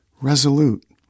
resolute